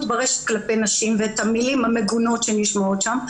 ברשת כלפי נשים ואת המילים המגונות שנשמעות שם.